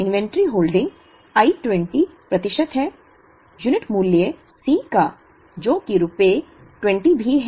inventory holding i 20 प्रतिशत है unit मूल्य C का जो कि रुपये 20 भी है